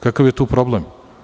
Kakav je tu problem?